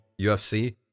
UFC